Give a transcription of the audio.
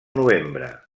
novembre